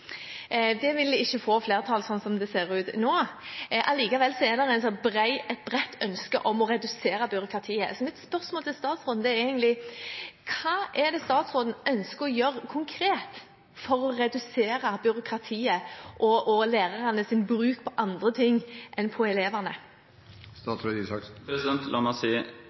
Det vil ikke få flertall, slik det ser ut nå. Allikevel er det et bredt ønske om å redusere byråkratiet. Mitt spørsmål til statsråden er: Hva ønsker statsråden konkret å gjøre for å redusere byråkratiet og lærernes tidsbruk til andre ting enn elevene? La meg si